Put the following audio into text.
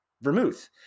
Vermouth